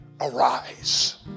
arise